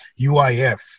UIF